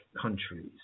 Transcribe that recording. countries